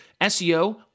SEO